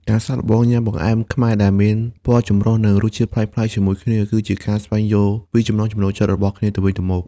ការសាកល្បងញ៉ាំបង្អែមខ្មែរដែលមានពណ៌ចម្រុះ និងរសជាតិប្លែកៗជាមួយគ្នា គឺជាការស្វែងយល់ពីចំណង់ចំណូលចិត្តរបស់គ្នាទៅវិញទៅមក។